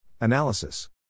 Analysis